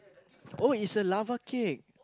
oh it's a lava cake